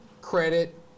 credit